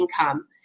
income